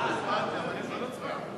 הצבעתי בעד, אבל באינרציה.